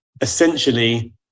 essentially